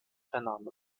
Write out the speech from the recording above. fernando